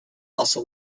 also